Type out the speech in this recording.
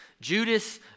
Judas